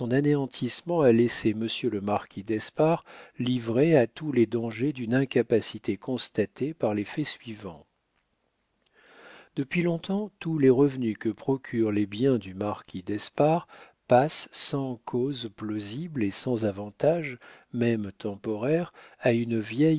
anéantissement a laissé monsieur le marquis d'espard livré à tous les dangers d'une incapacité constatée par les faits suivants depuis long-temps tous les revenus que procurent les biens du marquis d'espard passent sans causes plausibles et sans avantages même temporaires à une vieille